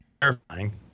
terrifying